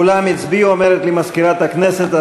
כולם הצביעו, אומרת לי מזכירת הכנסת.